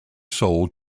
sold